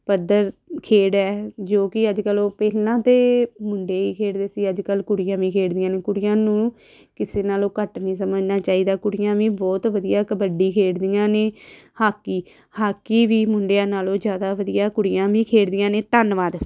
ਪੱਧਰ ਖੇਡ ਹੈ ਜੋ ਕਿ ਅੱਜ ਕੱਲ੍ਹ ਉਹ ਪਹਿਲਾਂ ਤਾਂ ਮੁੰਡੇ ਹੀ ਖੇਡਦੇ ਸੀ ਅੱਜ ਕੱਲ੍ਹ ਕੁੜੀਆਂ ਵੀ ਖੇਡਦੀਆਂ ਨੇ ਕੁੜੀਆਂ ਨੂੰ ਕਿਸੇ ਨਾਲੋਂ ਘੱਟ ਨਹੀਂ ਸਮਝਣਾ ਚਾਹੀਦਾ ਕੁੜੀਆਂ ਵੀ ਬਹੁਤ ਵਧੀਆ ਕਬੱਡੀ ਖੇਡਦੀਆਂ ਨੇ ਹਾਕੀ ਹਾਕੀ ਵੀ ਮੁੰਡਿਆਂ ਨਾਲੋਂ ਜ਼ਿਆਦਾ ਵਧੀਆ ਕੁੜੀਆਂ ਵੀ ਖੇਡਦੀਆਂ ਨੇ ਧੰਨਵਾਦ